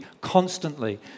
constantly